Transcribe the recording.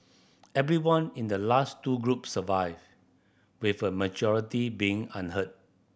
everyone in the last two groups survived with a majority being unhurt